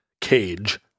cage